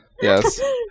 Yes